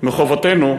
מחובתנו,